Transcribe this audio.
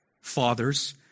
fathers